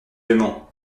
aimons